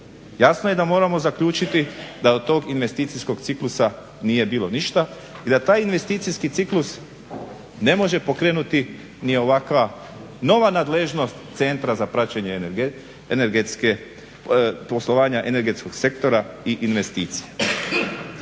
jasno je da moramo zaključiti da od tog investicijskog ciklusa nije bilo ništa i da taj investicijski ciklus ne može pokrenuti ni ovakva nova nadležnost Centra za praćenje energetske, poslovanja energetskog sektora i investicija.